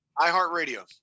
iHeartRadio